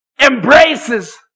embraces